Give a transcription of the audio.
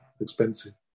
expensive